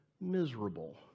miserable